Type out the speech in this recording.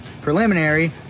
preliminary